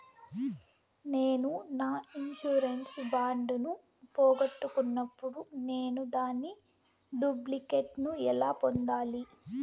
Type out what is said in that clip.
నేను నా insurance bond ను పోగొట్టుకున్నప్పుడు నేను దాని డూప్లికేట్ ను ఎలా పొందాలి?